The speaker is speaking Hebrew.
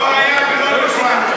לא היה ולא נברא.